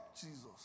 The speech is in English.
Jesus